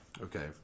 Okay